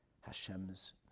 Hashem's